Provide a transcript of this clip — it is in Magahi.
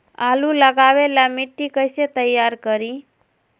आलु लगावे ला मिट्टी कैसे तैयार करी?